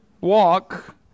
walk